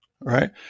right